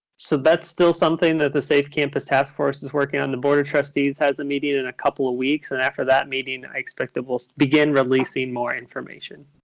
so that's still something that the safe campus task force is working on. the board of trustees has a meeting in and a couple weeks. and after that meeting i expect that we'll begin releasing more information?